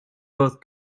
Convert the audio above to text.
both